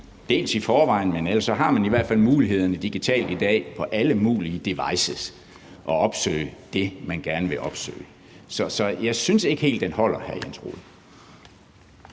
sig, men ellers har man i hvert fald mulighederne digitalt i dag for via alle mulige devices at opsøge det, man gerne vil opsøge. Så jeg synes ikke helt, at den holder, vil jeg sige